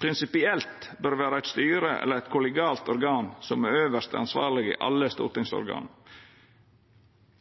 prinsipielt bør vera eit styre eller eit kollegialt organ som er øvste ansvarleg i alle stortingsorgana.